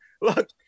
Look